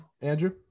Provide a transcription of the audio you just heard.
Andrew